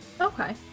Okay